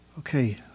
Okay